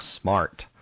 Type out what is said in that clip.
smart